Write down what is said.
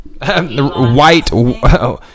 White